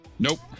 Nope